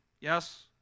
Yes